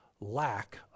lack